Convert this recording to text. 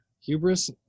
Hubris